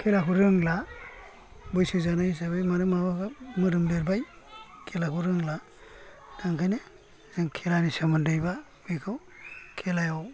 खेलाखौ रोंला बैसो जानाय हिसाबै माने माबा मोदोम लेरबाय खेलाखौ रोंला दा ओंखायनो आं खेलानि सोमोन्दै बा बेखौ खेलायाव